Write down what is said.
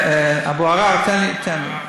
אבו עראר, תן לי, תן לי.